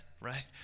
right